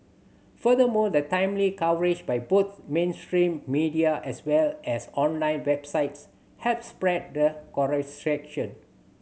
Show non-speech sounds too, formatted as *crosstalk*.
furthermore the timely coverage by both mainstream media as well as online websites help spread the *unintelligible*